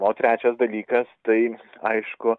o trečias dalykas tai aišku